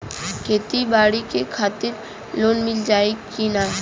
खेती बाडी के खातिर लोन मिल जाई किना?